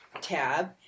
tab